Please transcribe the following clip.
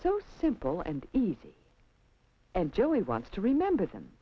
so simple and easy and joey wants to remember them